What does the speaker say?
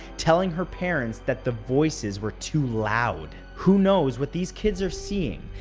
telling her parents that the voices were too loud. who knows what these kids are seeing,